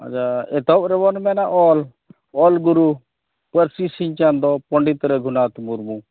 ᱟᱪᱪᱷᱟ ᱮᱛᱚᱦᱚᱵ ᱨᱮᱵᱚᱱ ᱢᱮᱱᱟ ᱚᱞ ᱚᱞᱜᱩᱨᱩ ᱯᱟᱹᱨᱥᱤ ᱥᱤᱧ ᱪᱟᱸᱫᱳ ᱯᱚᱸᱰᱮᱛ ᱨᱚᱜᱷᱩᱱᱟᱛᱷ ᱢᱩᱨᱢᱩ